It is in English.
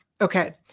okay